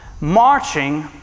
marching